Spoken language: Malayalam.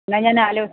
എന്നാല്